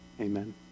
Amen